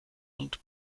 und